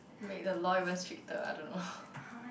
make the law even stricter I don't know